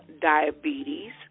diabetes